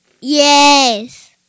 Yes